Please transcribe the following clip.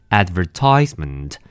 advertisement